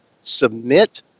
submit